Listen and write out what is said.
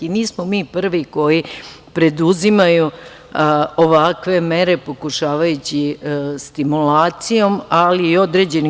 Nismo mi prvi koji preduzimaju ovakve mere pokušavajući stimulacijom, ali i određenim…